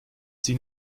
sie